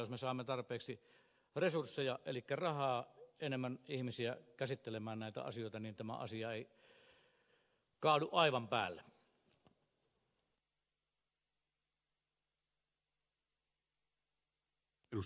jos me saamme tarpeeksi resursseja elikkä rahaa enemmän ihmisiä käsittelemään näitä asioita niin tämä asia ei kaadu aivan päälle